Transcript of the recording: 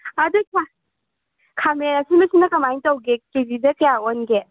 ꯑꯥꯗꯩꯁꯦ ꯈꯥꯃꯦꯟ ꯑꯁꯤꯟꯕꯁꯤꯅ ꯀꯃꯥꯏ ꯇꯧꯒꯦ ꯀꯦꯖꯤꯗ ꯀꯌꯥ ꯑꯣꯟꯒꯦ